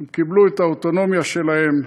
הם קיבלו את האוטונומיה שלהם,